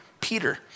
Peter